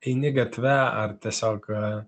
eini gatve ar tiesiog